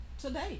today